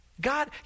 God